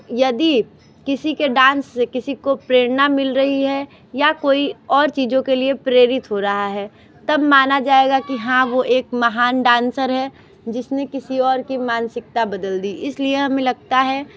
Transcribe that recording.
यदि किसी के डांस से किसी को प्रेरणा मिल रही है या कोई और चीज़ें के लिए प्रेरित हो रहा है तब माना जाएगा कि हाँ वो एक महान डांसर है जिसने किसी और की मानसिकता बदल दी इसलिए हमें लगता है